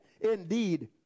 indeed